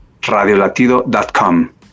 radiolatido.com